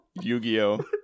Yu-Gi-Oh